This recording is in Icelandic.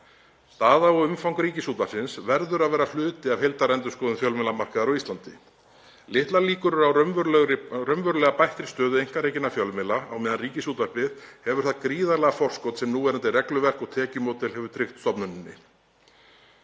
Staða og umfang Ríkisútvarpsins verður að vera hluti af heildarendurskoðun fjölmiðlamarkaðar á Íslandi. Litlar líkur eru á raunverulega bættri stöðu einkarekinna fjölmiðla á meðan Ríkisútvarpið hefur það gríðarlega forskot sem núverandi regluverk og tekjumódel hefur tryggt stofnuninni.